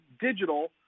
digital